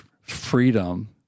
freedom